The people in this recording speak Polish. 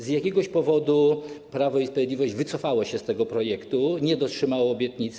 Z jakiegoś powodu Prawo i Sprawiedliwość wycofało się z tego projektu, nie dotrzymało obietnicy.